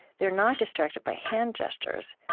they're not distracted by hand gestures.